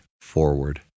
forward